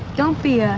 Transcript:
don't be a